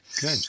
Good